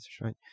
right